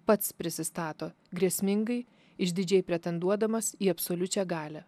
pats prisistato grėsmingai išdidžiai pretenduodamas į absoliučią galią